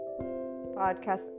podcast